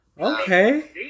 Okay